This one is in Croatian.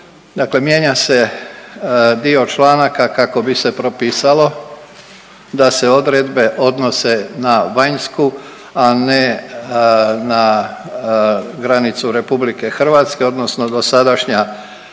mijenja se dio članaka kako bi se propisalo da se odredbe odnose na vanjsku, a ne na granicu RH odnosno dosadašnja